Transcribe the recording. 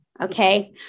okay